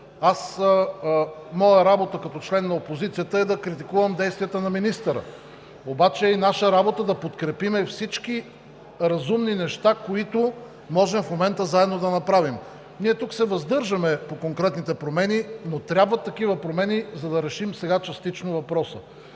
Моя работа като член на опозицията е да критикувам действията на министъра, обаче е и наша работа да подкрепим всички разумни неща, които можем в момента заедно да направим. Ние тук се въздържаме по конкретните промени, но такива промени трябват, за да решим сега частично въпроса.